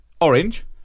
orange